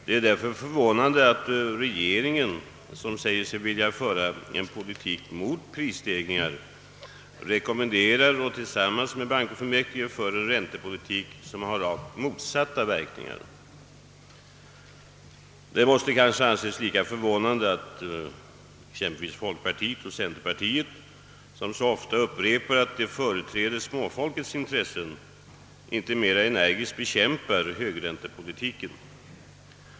Det är därför förvånande att regeringen, som säger sig vilja föra en politik mot prisstegringar, rekommenderar och tillsammans med riksbanksfullmäktige för en räntepolitik som har rakt motsatta verkningar. Det måste kanske anses lika förvå nande att folkpartiet och centerpartiet, som så ofta upprepar att de företräder småfolkets intressen, inte mera energiskt bekämpar högräntepolitiken.